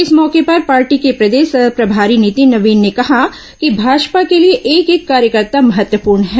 इस मौके पर पार्टी के प्रदेश सह प्रभारी नितिन नवीन ने कहा कि भाजपा के लिए एक एक कार्यकर्ता महत्वपूर्ण है